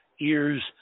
ears